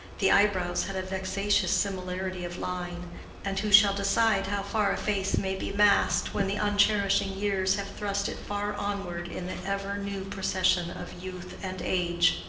the eyebrows had a vexatious similarity of line and who shall decide how far a face may be masked when the uncherishing years have thrust it far onward in the ever-new procession of youth and age?